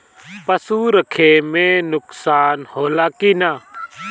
पशु रखे मे नुकसान होला कि न?